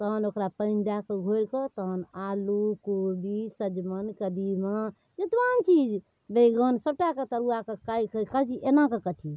तहन ओकरा पानि दऽ कऽ घोरिकऽ तहन आलू कोबी सजमनि कदीमा जतबा चीज बैगन सबटाके तरुआके कहि कहिकऽ जे ई एनाकऽ काटही